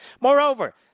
Moreover